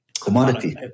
commodity